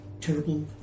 terrible